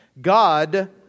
God